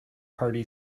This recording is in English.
hearty